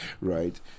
right